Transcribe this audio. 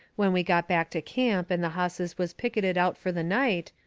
when we got back to camp and the hosses was picketed out fur the night,